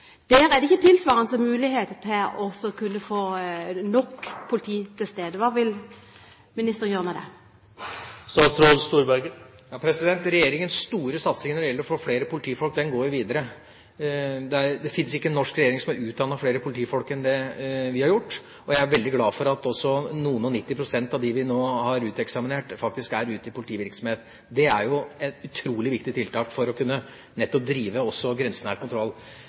Der er det ikke tilsvarende muligheter til å kunne få nok politi til stede. Hva vil ministeren gjøre med det? Regjeringas store satsing når det gjelder å få flere politifolk, går videre. Det fins ikke en norsk regjering som har utdannet flere politifolk enn det vi har gjort, og jeg er veldig glad for at også noen og nitti prosent av dem vi nå har uteksaminert, faktisk er ute i politivirksomhet. Det er et utrolig viktig tiltak for nettopp å kunne drive også grensenær kontroll.